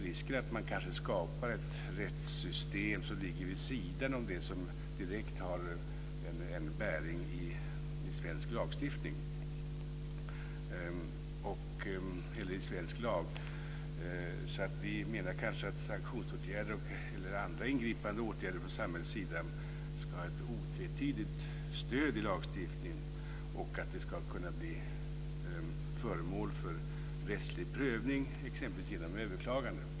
Risken finns att man skapar ett rättssystem som ligger vid sidan av det som direkt har en bäring i svensk lag. Vi menar att sanktionsåtgärder eller andra ingripande åtgärder från samhällets sida ska ha ett otvetydigt stöd i lagstiftningen och ska kunna bli föremål för rättslig prövning exempelvis genom överklagande.